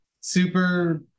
super